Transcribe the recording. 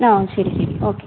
ആ ശരി ശരി ഓക്കെ